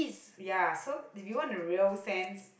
ya so if you want a real sense